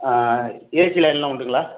ஆ ஆ ஆ ஏசி லயனெலாம் உண்டுங்களா